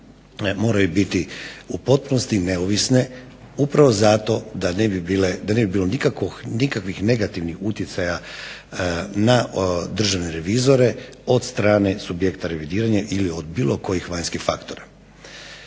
moraju biti u potpunosti neovisne upravo zato da ne bilo nikakvi negativnih utjecaja na državne revizore od strane subjekta revidiranja ili od bilo kojih vanjskih faktora.